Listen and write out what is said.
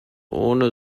ohne